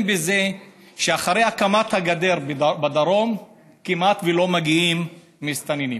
בזה שאחרי הקמת הגדר בדרום כמעט לא מגיעים מסתננים.